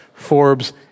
Forbes